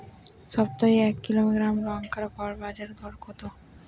সপ্তাহে এক কিলোগ্রাম লঙ্কার গড় বাজার দর কতো?